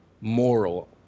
moral